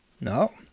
No